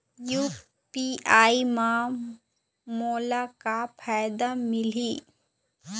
UPI म मोला का फायदा मिलही?